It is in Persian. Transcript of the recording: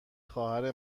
خواهر